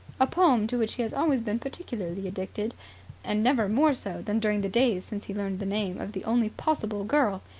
a poem to which he has always been particularly addicted and never more so than during the days since he learned the name of the only possible girl.